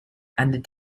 and